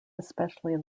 especially